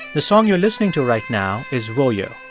the song you're listening to right now is vojo.